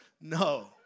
No